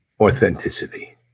authenticity